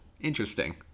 Interesting